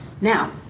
now